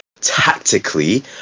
tactically